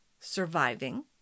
surviving